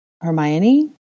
Hermione